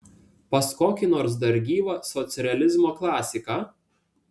pas kokį nors dar gyvą socrealizmo klasiką